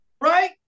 right